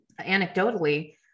anecdotally